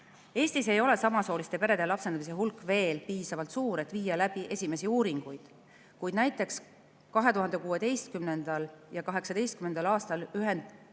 Eestis ei ole samasooliste perede lapsendamise hulk veel piisavalt suur, et viia läbi esimesi uuringuid, kuid näiteks 2016. ja 2018. aastal